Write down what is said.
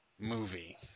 movie